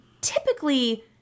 typically